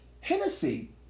Hennessy